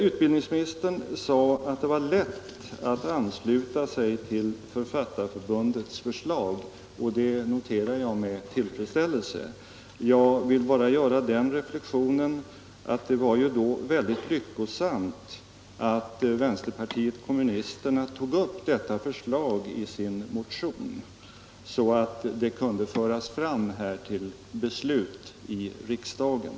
Utbildningsministern sade att det var lätt att ansluta sig till Författarförbundets förslag. Det noterar jag med tillfredsställelse. Jag vill bara göra den reflexionen, att det var ju då väldigt lyckosamt att vänsterpartiet kommunisterna tog upp detta förslag i sin motion så att det kunde föras fram till beslut här i riksdagen.